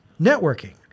networking